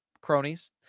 cronies